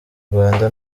rwanda